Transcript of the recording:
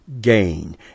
gain